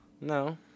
No